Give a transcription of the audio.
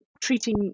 treating